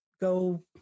go